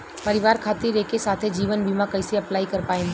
परिवार खातिर एके साथे जीवन बीमा कैसे अप्लाई कर पाएम?